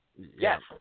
Yes